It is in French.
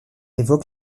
évoque